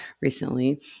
recently